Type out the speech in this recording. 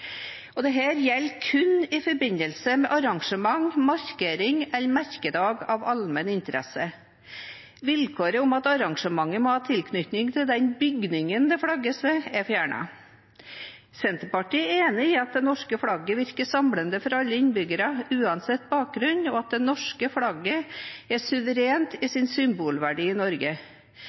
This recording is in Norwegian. gjelder kun «i forbindelse med arrangement, markering eller merkedag av allmenn interesse». Vilkåret om at arrangementet må ha tilknytning til den bygningen det flagges ved, er fjernet. Senterpartiet er enig i at det norske flagget virker samlende for alle innbyggere uansett bakgrunn, og at det norske flagget er suverent i sin symbolverdi i Norge.